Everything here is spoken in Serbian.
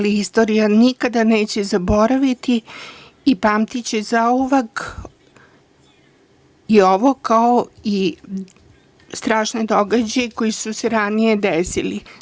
Istorija nikada neće zaboraviti i pamtiće zauvek i ovo, kao i strašne događaje koji su se ranije desili.